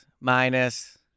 minus